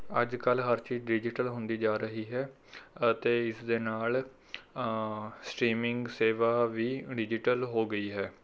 ਅੱਜ ਕੱਲ੍ਹ ਹਰ ਚੀਜ਼ ਡਿਜੀਟਲ ਹੁੰਦੀ ਜਾ ਰਹੀ ਹੈ ਅਤੇ ਇਸ ਦੇ ਨਾਲ ਸਟ੍ਰੀਮਿੰਗ ਸੇਵਾ ਵੀ ਡਿਜੀਟਲ ਹੋ ਗਈ ਹੈ